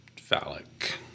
phallic